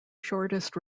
shortest